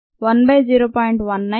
78 మరియు 1 ద్వారా 0